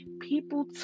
people